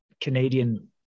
Canadian